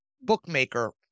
bookmaker